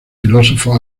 filósofos